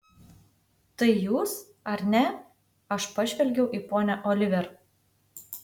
tai jūs ar ne aš pažvelgiau į ponią oliver